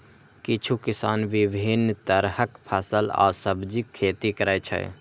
किछु किसान विभिन्न तरहक फल आ सब्जीक खेती करै छै